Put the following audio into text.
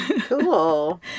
Cool